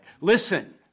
Listen